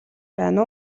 байна